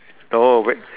oh wait